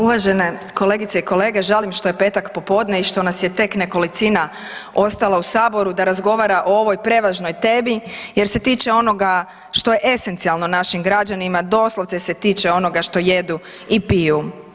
Uvažene kolegice i kolege, žalim što je petak popodne i što nas je tek nekolicina ostala u Saboru, da razgovara o ovoj prevažnoj jer se tiče onoga što je esencijalno našim građanima, doslovce se tiče onoga što jedu i piju.